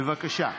בבקשה.